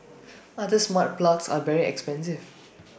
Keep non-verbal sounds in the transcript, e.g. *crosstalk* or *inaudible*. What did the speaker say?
*noise* other smart plugs are very expensive